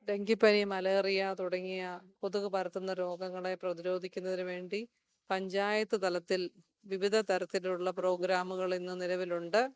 ഡെങ്കിപ്പനി മലേറിയ തുടങ്ങിയ കൊതുക് പരത്തുന്ന രോഗങ്ങളെ പ്രതിരോധിക്കുന്നതിനു വേണ്ടി പഞ്ചായത്ത് തലത്തിൽ വിവിധ തരത്തിലുള്ള പ്രോഗ്രാമുകൾ ഇന്ന് നിലവിലുണ്ട്